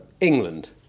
England